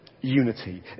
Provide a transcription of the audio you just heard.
unity